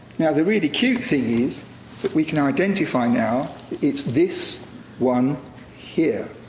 now, the really cute thing is that we can identify now it's this one here.